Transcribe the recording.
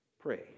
Pray